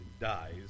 dies